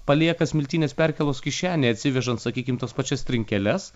palieka smiltynės perkėlos kišenėj atsivežant sakykim tas pačias trinkeles